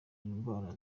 indwara